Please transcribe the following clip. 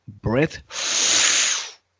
breath